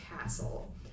castle